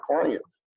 clients